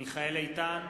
מיכאל איתן,